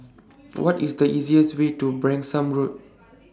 What IS The easiest Way to Branksome Road